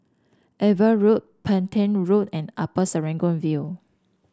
Ava Road Petain Road and Upper Serangoon View